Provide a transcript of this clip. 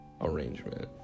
arrangement